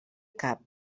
cap